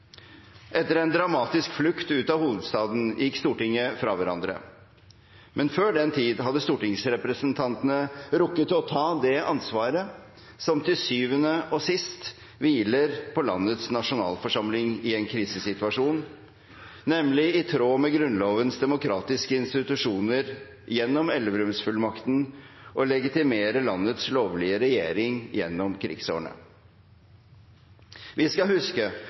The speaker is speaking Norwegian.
Etter en dramatisk flukt ut av hovedstaden gikk Stortinget fra hverandre, men før den tid hadde stortingsrepresentantene rukket å ta det ansvaret som til syvende og sist hviler på landets nasjonalforsamling i en krisesituasjon, nemlig i tråd med Grunnlovens demokratiske institusjoner gjennom Elverumsfullmakten å legitimere landets lovlige regjering gjennom krigsårene. Vi skal huske